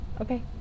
Okay